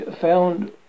found